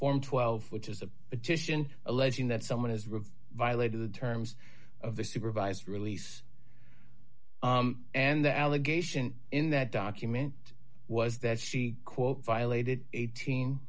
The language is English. form twelve which is a petition alleging that someone has rigged violated the terms of the supervised release and the allegation in that document was that she quote violated eighteen